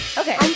okay